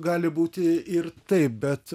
gali būti ir taip bet